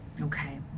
Okay